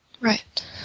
Right